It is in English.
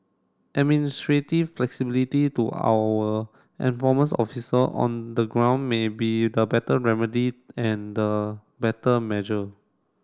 administrative flexibility to our officer on the ground may be the better remedy and the better measure